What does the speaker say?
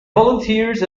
volunteers